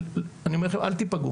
אני אומר לכם ואל תפגעו